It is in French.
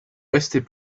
restait